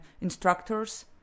instructors